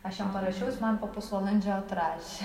aš jam parašiau jis man po pusvalandžio atrašė